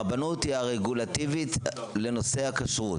הרבנות היא הרגולטיבית לנושא הכשרות.